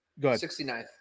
69th